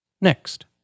Next